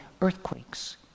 earthquakes